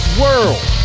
world